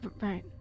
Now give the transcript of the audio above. Right